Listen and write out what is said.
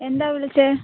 എന്താണ് വിളിച്ചത്